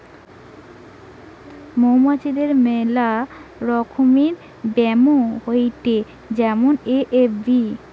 মৌমাছিদের মেলা রকমের ব্যামো হয়েটে যেমন এ.এফ.বি